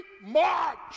march